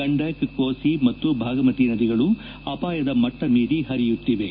ಗಂಡಕ್ ಕೋಸಿ ಮತ್ತು ಬಾಗ್ಮತಿ ನದಿಗಳು ಅಪಾಯದ ಮಟ್ಟ ಮೀರಿ ಹರಿಯುತ್ತಿವೆ